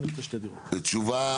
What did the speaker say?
תשובה